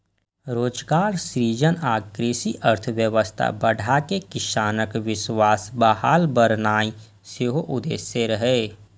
रोजगार सृजन आ कृषि अर्थव्यवस्था बढ़ाके किसानक विश्वास बहाल करनाय सेहो उद्देश्य रहै